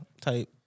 type